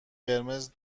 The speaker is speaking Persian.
قرمز